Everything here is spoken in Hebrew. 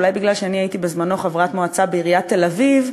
אולי בגלל שאני הייתי בזמנו חברת מועצה בעיריית תל-אביב,